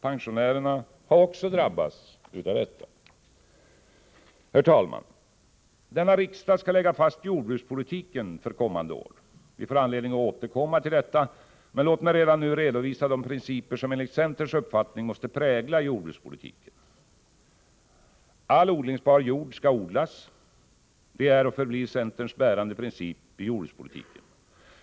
Pensionärerna har också drabbats av detta. Herr talman! Denna riksdag skall lägga fast jordbrukspolitiken för kommande år. Vi får anledning att återkomma till detta, men låt mig redan nu redovisa de principer som enligt centerns uppfattning måste prägla jordbrukspolitiken. All odlingsbar jord skall odlas. Det är och förblir centerns bärande princip i jordbrukspolitiken.